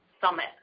Summit